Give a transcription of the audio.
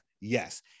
Yes